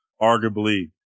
arguably